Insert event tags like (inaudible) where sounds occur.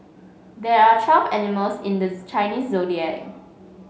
there are twelve animals in the (unintelligible) Chinese Zodiac